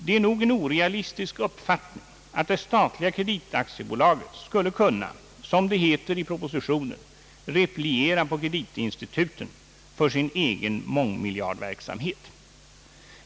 Det är nog en orealistisk uppfattning att det statliga kreditaktiebolaget skulle kunna, som det heter i propositionen, repliera på kreditinstituten för sin egen mångmiljardverksamhet.